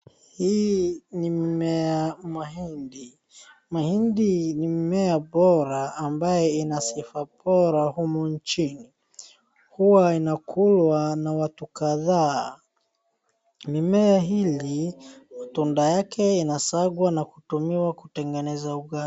Hii ni mmea mahindi, mahindi ni mmea bora ambayo ina sifa bora humu nchini, huwa inakulwa na watu kadhaa. Mimea hili matunda yake inasagwa na kutumiwa kutengeneza ugali.